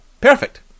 Perfect